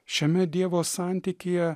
šiame dievo santykyje